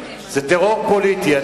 זה טרור פוליטי.